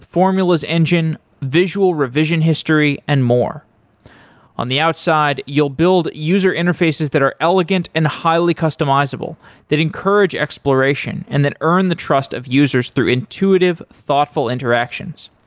formulas engine, visual revision history and more on the outside, you'll build user interfaces that are elegant and highly customizable that encourage exploration and that earn the trust of users through intuitive thoughtful interactions.